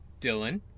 Dylan